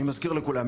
אני מזכיר לכולם,